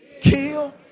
kill